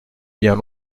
bien